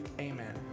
Amen